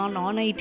non-IT